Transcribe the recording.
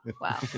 Wow